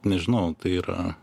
nežinau tai yra